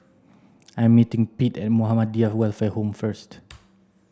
I am meeting Pete at Muhammadiyah Welfare Home first